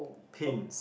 tins